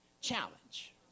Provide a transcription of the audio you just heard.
challenge